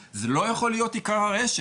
רק לזיכרון יעקב, זה לא יכול להיות עיקר הרשת.